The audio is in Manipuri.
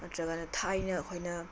ꯅꯠꯇ꯭ꯔꯒꯅ ꯊꯥꯏꯅ ꯑꯩꯈꯣꯏꯅ